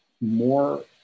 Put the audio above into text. more